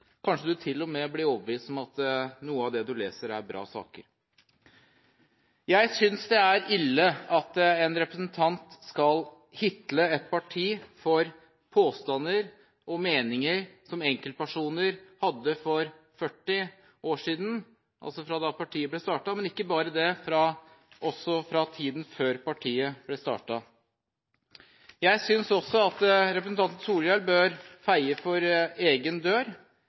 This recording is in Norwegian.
Kanskje du til og med blir overbevist om at noe av det du leser, er bra saker. Jeg synes det er ille at en representant skal «hitle» et parti for påstander og meninger som enkeltpersoner hadde for 40 år siden, altså fra da partiet ble startet, men ikke bare det, også fra tiden før partiet ble startet. Jeg synes også at representanten Solhjell bør feie for egen dør.